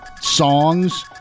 songs